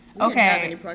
Okay